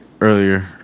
earlier